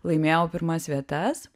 laimėjau pirmas vietas